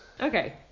Okay